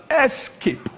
escape